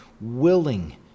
willing